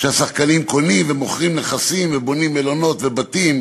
השחקנים קונים ומוכרים נכסים ובונים מלונות ובתים,